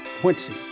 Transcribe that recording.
Quincy